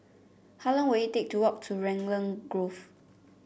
how long will it take to walk to Raglan Grove